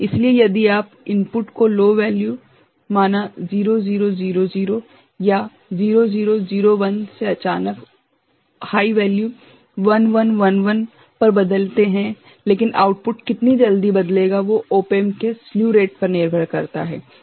इसलिए यदि आप इनपुट को लो वेल्यू माना 0000 या 0001 से अचानक उच्च मान 1111 पर बदलते हैं लेकिन आउटपुट कितनी जल्दी बदलेगा वो ओप एम्प के स्ल्यू रेट पर निर्भर करता है ठीक है